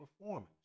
performance